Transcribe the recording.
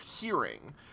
hearing